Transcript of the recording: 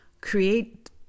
create